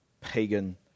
pagan